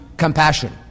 compassion